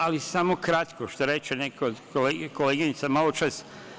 Da, ali samo kratko, što reče neko od koleginica maločas.